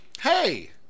Hey